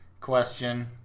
question